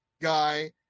guy